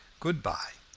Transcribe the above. good-by.